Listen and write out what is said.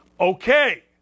Okay